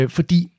Fordi